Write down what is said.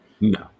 No